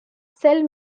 cell